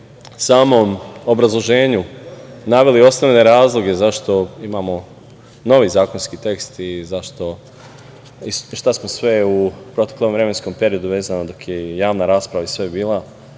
samom obrazloženju naveli osnovne razloge zašto imamo novi zakonski tekst i šta smo sve u proteklom vremenskom periodu, dok je i javna rasprava bila,